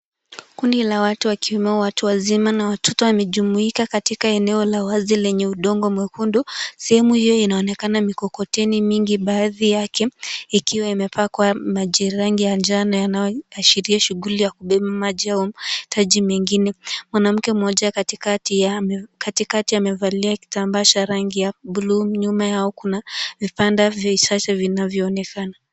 Kundi la watu wakiwemo watu wazima na watoto wamejumuika katika eneo la wazi lenye udongo mwekundu, sehemu hiyo inaonekana mikokoteni mingi baadhi yake ikiwa imepakwa maji rangi ya njano yanayoashiria shughuli ya kubeba maji au mahitaji mengine. Mwanamke mmoja katikati ya katikati amevalia kitambaa cha rangi ya buluu nyuma yao kuna vipanda vichache vinavyoonekana.